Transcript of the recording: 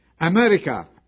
America